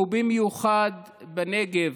במיוחד בנגב,